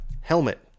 Helmet